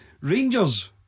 Rangers